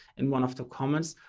and one of the comments,